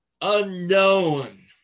unknown